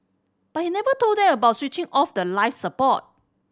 but he never told them about switching off the life support